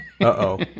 Uh-oh